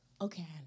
Okay